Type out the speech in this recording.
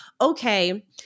okay